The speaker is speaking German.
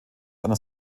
einer